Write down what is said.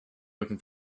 looking